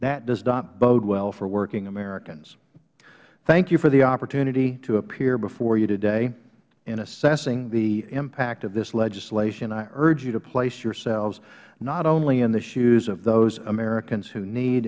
that does not bode well for working americans thank you for the opportunity to appear before you today in assessing the impact of this legislation i urge you to place yourselves not only in the shoes of those americans who need